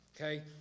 Okay